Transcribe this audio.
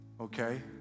okay